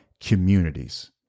communities